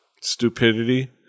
stupidity